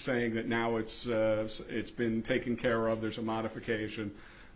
saying that now it's it's been taken care of there's a modification